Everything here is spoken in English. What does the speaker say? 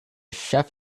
chef